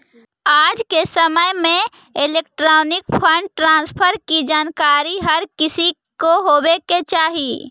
आज के समय में इलेक्ट्रॉनिक फंड ट्रांसफर की जानकारी हर किसी को होवे चाही